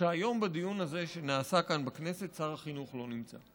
שהיום בדיון הזה שנעשה כאן בכנסת שר החינוך לא נמצא.